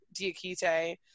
Diakite